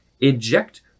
eject